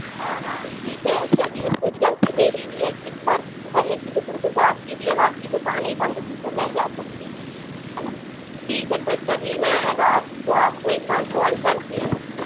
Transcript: हाँ हाँ ठीक है चलिए तो कुछ गलती मेरी भी है कुछ बात करनी थी लेकिन कुछ आप की भी अब आपकी दुकान ही बंद थी तो मैं क्या करती है ना ठीक है फिर चलिए मैं रात को आपको एक बार कॉल करती हूँ